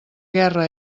guerra